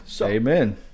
Amen